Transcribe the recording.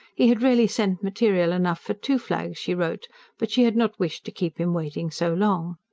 he had really sent material enough for two flags, she wrote but she had not wished to keep him waiting so long.